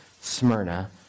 Smyrna